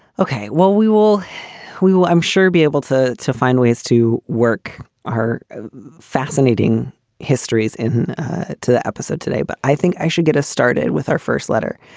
ok. well, we will we will i'm sure be able to to find ways to work our fascinating histories in the episode today. but i think i should get us started with our first letter,